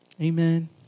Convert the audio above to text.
Amen